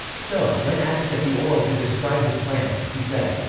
so, when asked at the oral to describe his plans, he said,